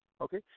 okay